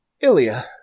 Ilya